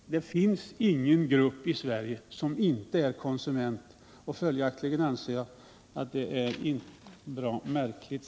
Det finns ingen grupp i Sverige som inte är konsument.